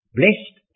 blessed